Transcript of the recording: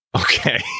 Okay